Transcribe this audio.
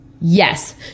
Yes